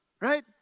right